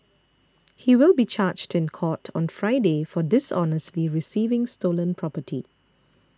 he will be charged in court on Friday for dishonestly receiving stolen property